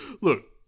Look